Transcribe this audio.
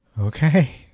okay